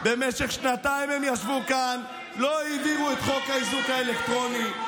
במשך שנתיים הם ישבו כאן ולא העבירו את חוק האיזוק האלקטרוני,